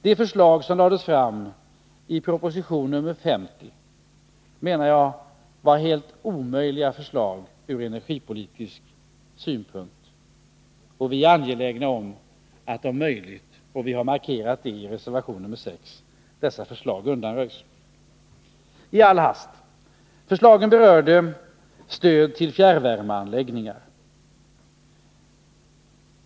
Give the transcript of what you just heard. De förslag som lades fram i proposition 50 var, menar jag, helt omöjliga ur energipolitisk synpunkt. Vi är angelägna om att dessa förslag om möjligt undanröjs, och det har vi markerat i reservation 6. Tall hast: Förslaget rör stöd till fjärrvärmeanläggningar.